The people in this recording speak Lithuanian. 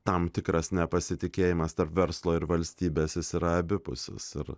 tam tikras nepasitikėjimas tarp verslo ir valstybės jis yra abipusis ir